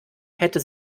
hätte